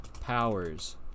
Powers